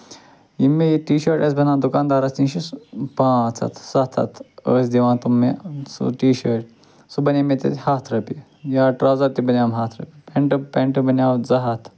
یِم مےٚ ییٚتہِ ٹی شٲرٹ ٲسۍ بَنان دُکان دارَس نِش پانٛژھ ہَتھ سَتھ ہَتھ ٲسۍ دِوان سُہ تِم مےٚ ٹی شٲرٹ سُہ بَنے مےٚ تَتہِ ہَتھ رۄپیہِ یا ٹرٛاوزَر تہِ بَنییَم ہَتھ رۄپیہِ پینٹہٕ پینٛٹ بَنیٛوو زٕ ہَتھ